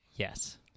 yes